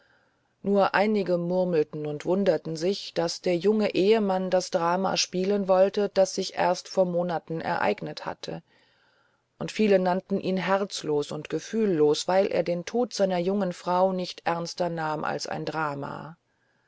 nur einige murmelten und wunderten sich daß der junge ehemann das drama spielen wollte das sich erst vor monaten ereignet hatte und viele nannten ihn herzlos und gefühllos weil er den tod seiner jungen frau nicht ernster nahm als ein drama